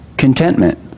contentment